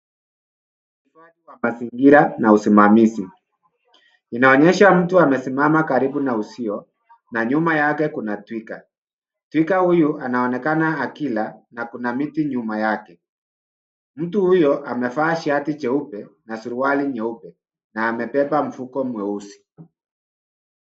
Mazingira na usimamizi; Inaonyesha mtu amesimama karibu na uzio na nyuma yake kuna twiga. Twiga huyu anaonekana akila na kuna miti nyuma yake. Mtu huyo amevaa shati jeupe na suruali nyeupe na amebeba mfuko mweusi.